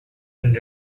and